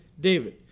David